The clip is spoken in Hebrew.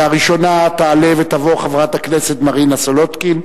ראשונה תעלה ותבוא חברת הכנסת מרינה סולודקין,